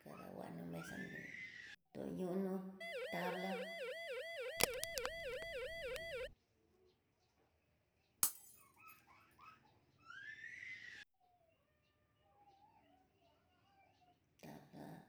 Kada nguno mesa nre norñono tabla, tabla